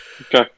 okay